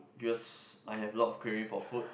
because I have lot of craving for food